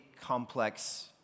complex